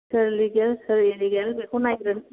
सोर लिगेल सोर इलिगेल बेखौ नायगोन